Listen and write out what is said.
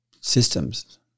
systems